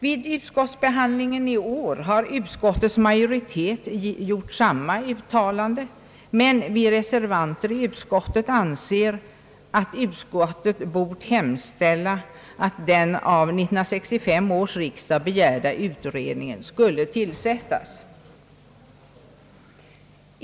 Vid utskottsbehandlingen i år har utskottets majoritet gjort samma uttalande, men vi reservanter i utskottet anser, att utskottet bort hemställa att den av 1965 års riksdag begärda utredningen skulle tillsättas.